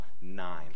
nine